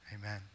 Amen